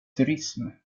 turism